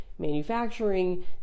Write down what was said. manufacturing